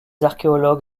archéologues